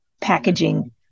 packaging